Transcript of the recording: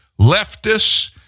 Leftists